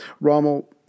Rommel